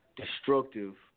Destructive